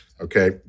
okay